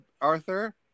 Arthur